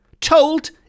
told